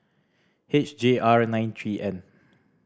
H J R nine three N